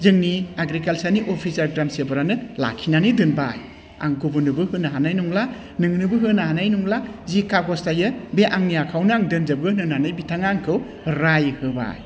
जोंनि एग्रिकालसारनि अफिसार ग्रामसेफारानो लाखिनानै दोनबाय आं गुबुननोबो होनो हानाय नंला नोंनोबो होनो हानाय नंला जि खागज थायो बे आंनि आखायावनो आं दोनजोबगोन होननानै बिथाङा आंखौ राय होबाय